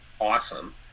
awesome